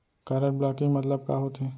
Card blocking मतलब का होथे?